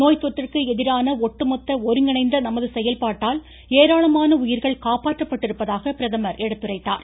நோய் தொற்றுக்கு எதிரான ஒட்டுமொத்த ஒருங்கிணைந்த நமது செயல்பாட்டால் ஏராளமான உயிர்கள் காப்பாற்றப்பட்டிருப்பதாக பிரதமர் எடுத்துரைத்தார்